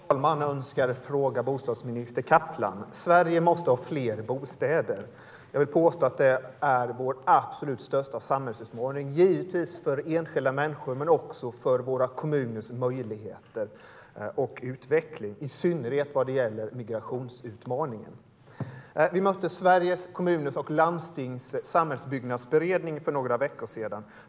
Herr talman! Jag önskar ställa en fråga till bostadsminister Kaplan. Sverige måste ha fler bostäder. Jag vill påstå att det är vår absolut största samhällsutmaning. Det handlar givetvis om enskilda människor men också om våra kommuners möjligheter och utveckling, i synnerhet vad gäller migrationsutmaningen. Vi mötte Sveriges Kommuner och Landstings samhällsbyggnadsberedning för några veckor sedan.